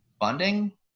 funding